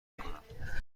کنم